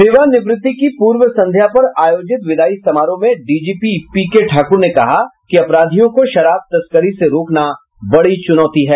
सेवानिवृत्ति की पूर्व संध्या पर आयोजित विदाई समारोह में डीजीपी पीके ठाकुर ने कहा कि अपराधियों को शराब तस्करी से रोकना बड़ी चुनौती है